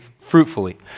fruitfully